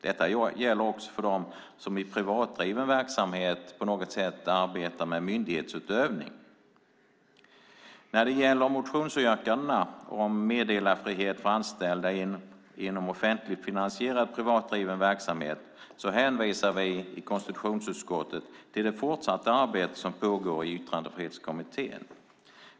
Detta gäller också för dem som i privatdriven verksamhet arbetar med myndighetsutövning. När det gäller motionsyrkanden om meddelarfrihet för anställda inom offentligfinansierad privatdriven verksamhet hänvisar vi i konstitutionsutskottet till det fortsatta arbete som pågår i Yttrandefrihetskommittén.